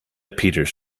peters